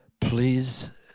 please